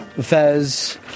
Fez